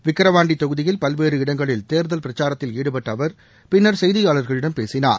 விக்கிரவாண்டி தொகுதியில் பல்வேறு இடங்களில் தேர்தல் பிரச்சாரத்தில் ஈடுபட்ட அவர் பின்னர் செய்தியாளர்களிடம் பேசினார்